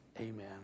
Amen